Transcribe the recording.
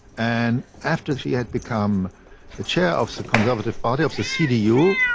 and after she had become the chair of the conservative party, of the cdu,